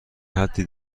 حدی